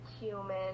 human